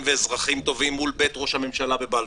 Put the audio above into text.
ואזרחים טובים מול בית ראש הממשלה בבלפור.